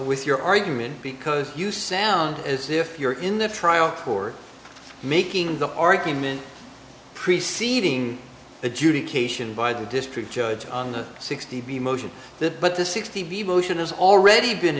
with your argument because you sound as if you're in the trial court making the argument preceding adjudication by the district judge on the sixty b motion that but the sixty version has already been